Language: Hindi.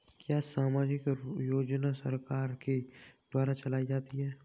क्या सामाजिक योजना सरकार के द्वारा चलाई जाती है?